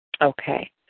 Okay